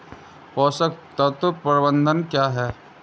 पोषक तत्व प्रबंधन क्या है?